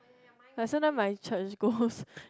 like sometimes my church goes